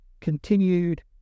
continued